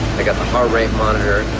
but got the heart rate monitor